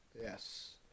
Yes